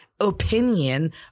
opinion